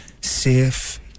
safe